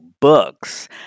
books